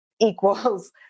equals